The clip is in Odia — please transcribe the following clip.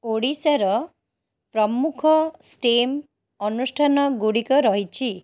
ଓଡ଼ିଶାର ପ୍ରମୁଖ ଷ୍ଟିମ ଅନୁଷ୍ଠାନ ଗୁଡ଼ିକ ରହିଛି